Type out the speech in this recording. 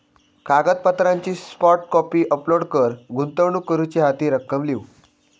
कागदपत्रांची soft copy upload कर, गुंतवणूक करूची हा ती रक्कम लिव्ह